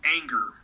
anger